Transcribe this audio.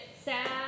sad